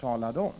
redovisade.